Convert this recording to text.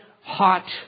hot